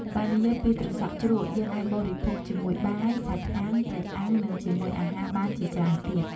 បេីនិយាយពីត្រសក់ជ្រក់យេីងអាចបរិភោគជាមួយបាយ សាច់អាំង ត្រីអាំងនិងជាមួយអាហារបានជាច្រេីនទៀត។